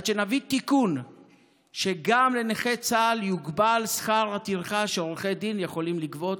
עד שנביא תיקון שגם לנכי צה"ל יוגבל שכר הטרחה שעורכי דין יכולים לגבות.